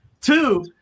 two